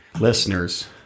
listeners